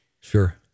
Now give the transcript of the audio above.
sure